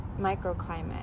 microclimate